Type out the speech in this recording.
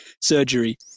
surgery